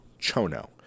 Chono